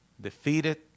defeated